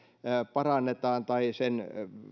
parannetaan tai